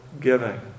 giving